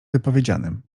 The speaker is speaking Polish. wypowiedzianym